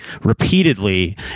repeatedly